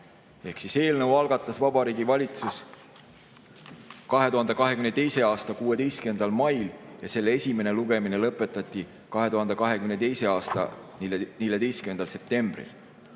Eelnõu algatas Vabariigi Valitsus 2022. aasta 16. mail ja selle esimene lugemine lõpetati 2022. aasta 14. septembril.